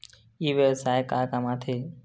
ई व्यवसाय का काम आथे?